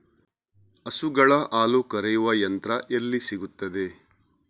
ಹಸುಗಳ ಹಾಲು ಕರೆಯುವ ಯಂತ್ರ ಎಲ್ಲಿ ಸಿಗುತ್ತದೆ?